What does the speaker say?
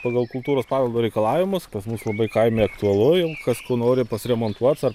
pagal kultūros paveldo reikalavimus pas mus labai kaimi aktualu jau kas kų nori pasremontuoc ar